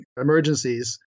emergencies